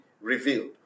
revealed